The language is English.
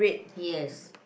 yes